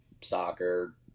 soccer